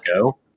go